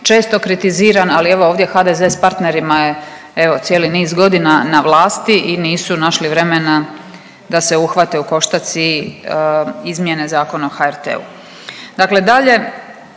često kritiziran, ali evo ovdje HDZ s partnerima je evo cijeli niz godina na vlasti i nisu našli vremena da se uhvate u koštac i izmijene Zakon o HRT-u. Dakle, dalje